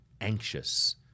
anxious